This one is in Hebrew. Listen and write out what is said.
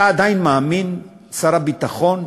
אתה עדיין מאמין, שר הביטחון,